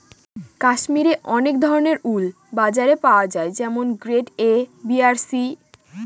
কাশ্মিরে অনেক ধরনের উল বাজারে পাওয়া যায় যেমন গ্রেড এ, বি আর সি